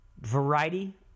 variety